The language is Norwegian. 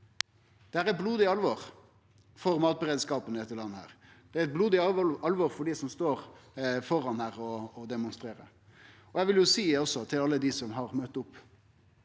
Dette er blodig alvor for matberedskapen i dette landet. Det er blodig alvor for dei som står utanfor her og demonstrerer. Eg vil også seie til alle dei som har møtt opp,